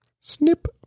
snip